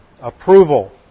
approval